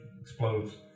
explodes